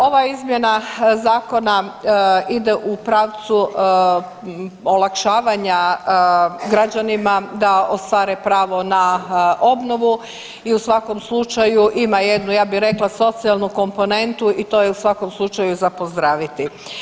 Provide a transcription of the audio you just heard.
Ova izmjena zakona ide u pravcu olakšavanja građanima da ostvare pravo na obnovu i u svakom slučaju ima jednu, ja bi rekla, socijalnu komponentu i to je u svakom slučaju za pozdraviti.